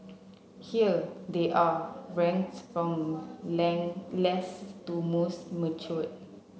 here they are ranked from least to most mature